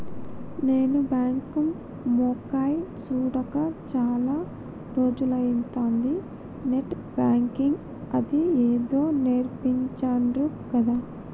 నేను బాంకు మొకేయ్ సూడక చాల రోజులైతంది, నెట్ బాంకింగ్ అని ఏదో నేర్పించిండ్రు గదా